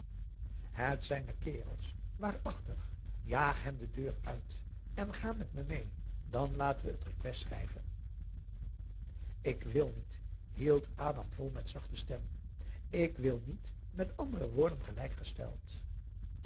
het zijn me kerels waarachtig jaag hen de deur uit en ga met me mee dan laten we het request schrijven ik wil niet hield adam vol met zachte stem ik wil niet met anderen worden gelijk gesteld